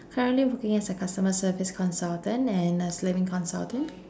currently working as a customer service consultant and a slimming consultant